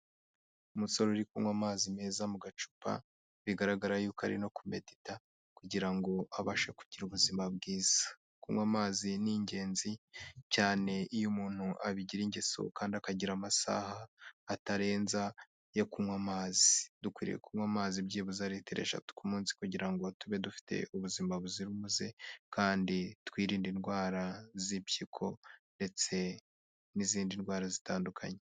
Umusore uri kunywa amazi meza mu gacupa bigaragara yuko ari no kumedita kugira ngo abashe kugira ubuzima bwiza, kunywa amazi ni ingenzi cyane iyo umuntu abigira ingeso kandi akagira amasaha atarenza yo kunywa amazi, dukwiriye kunywa amazi byibuze litiro eshatu ku munsi kugira ngo tube dufite ubuzima buzira umuze kandi twirinde indwara z'impyiko ndetse n'izindi ndwara zitandukanye.